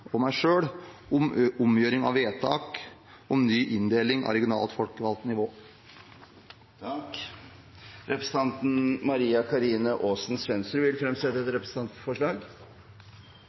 og meg selv om omgjøring av vedtak om ny inndeling av regionalt folkevalgt nivå. Representanten Maria-Karine Aasen-Svensrud vil fremsette et representantforslag.